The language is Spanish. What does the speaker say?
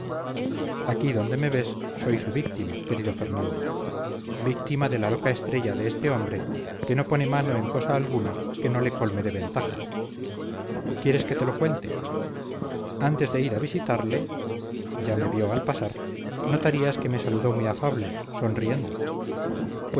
aquí donde me ves soy su víctima querido fernando víctima de la loca estrella de este hombre que no pone mano en cosa alguna que no le colme de ventajas quieres que te lo cuente antes de ir a visitarle ya me vio al pasar notarías que me saludó muy afable sonriendo